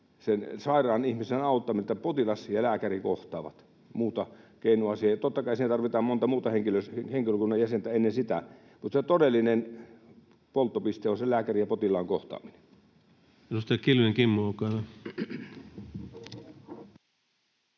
vain siinä tilanteessa, että potilas ja lääkäri kohtaavat, muuta keinoa siihen ei ole. Totta kai siinä tarvitaan monta muuta henkilökunnan jäsentä ennen sitä, mutta se todellinen polttopiste on se lääkärin ja potilaan kohtaaminen.